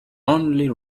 only